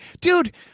dude